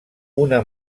una